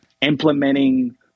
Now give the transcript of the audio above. implementing